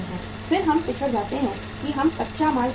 फिर हम पिछड़ जाते हैं कि हम कच्चा माल खरीदते हैं